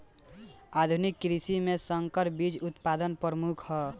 आधुनिक कृषि में संकर बीज उत्पादन प्रमुख ह